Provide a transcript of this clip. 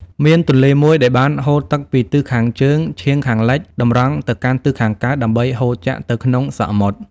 មានទន្លេមួយដែលបានហូរទឹកពីទិសខាងជើង ឆៀងខាងលិច តម្រង់ទៅកាន់ទិសខាងកើត ដើម្បីហូរចាក់ទៅក្នុងសមុទ្រ ។